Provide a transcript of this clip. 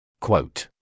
Quote